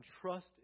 trust